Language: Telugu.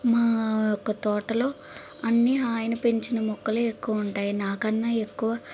మా ఒక్క తోటలో అన్ని ఆయన పెంచిన మొక్కలు ఎక్కువ ఉంటాయి నాకన్నా ఎక్కువ